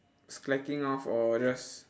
slacking off or just